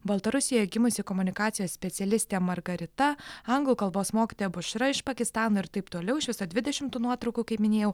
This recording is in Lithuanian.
baltarusijoj gimusi komunikacijos specialistė margarita anglų kalbos mokytoja bošra iš pakistano ir taip toliau iš viso dvidešim tų nuotraukų kaip minėjau